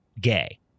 gay